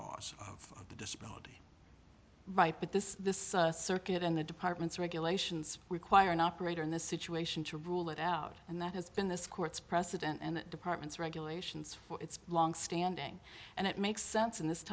cause of the disability right but this circuit in the departments regulations require an operator in the situation to rule it out and that has been this court's precedent and it departments regulations for its long standing and it makes sense in this